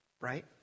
right